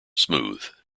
smooth